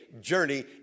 journey